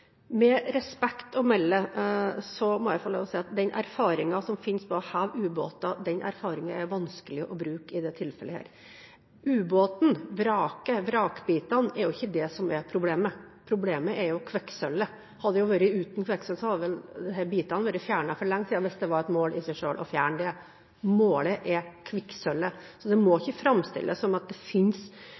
Med respekt å melde må jeg få lov til å si at den erfaringen som finnes med å heve ubåter, er vanskelig å bruke i dette tilfellet. Ubåten, vraket, vrakbitene – det er jo ikke det som er problemet. Problemet er kvikksølvet. Hadde det vært uten kvikksølv, hadde vel disse bitene vært fjernet for lengst hvis det var et mål i seg selv å fjerne dem. Målet er kvikksølvet. Det må ikke fremstilles som at det